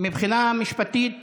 מבחינה משפטית